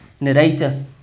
narrator